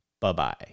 Bye-bye